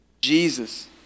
Jesus